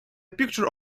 picture